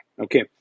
Okay